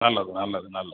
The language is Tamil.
நல்லது நல்லது நல்லது